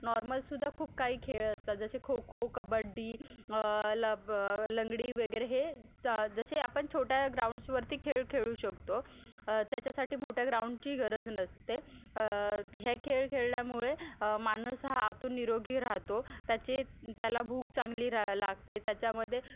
normal सुद्धा खूप काही खेळ असतात जसे खो खो कबड्डी लब लंगडी वगैरे हे तर जसे आपन छोट्या ग्राऊंड्सवरती खेळ खेळू शकतो त्याच्यासाठी मोठ्या ग्राऊंडची गरज नसते हे खेळ खेळल्यामुळे माणूस हा आतून निरोगी राहतो त्याची त्याला भूक चांगली रा लागते त्याच्यामध्ये